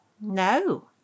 No